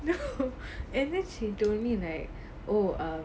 no and then she told me like oh err